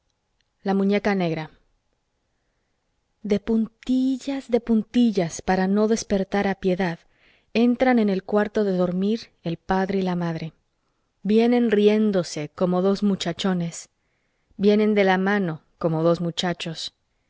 la muñeca negra de puntillas de puntillas para no despertar a piedad entran en el cuarto de dormir el padre y la madre vienen riéndose como dos muchachones vienen de la mano como dos muchachos